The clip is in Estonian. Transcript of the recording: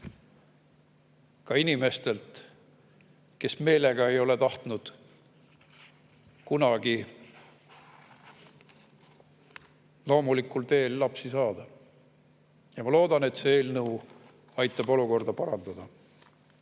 ka inimestelt, kes meelega ei ole tahtnud kunagi loomulikul teel lapsi saada. Ma loodan, et see eelnõu aitab olukorda parandada,